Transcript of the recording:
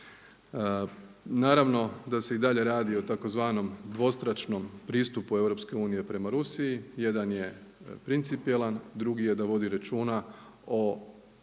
Naravno da se i dalje radi o tzv. dvostračnom pristupu EU prema Rusiji. Jedan je principijelan, drugi je da vodi računa o